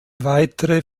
weitere